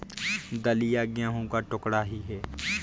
दलिया गेहूं का टुकड़ा ही है